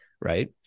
Right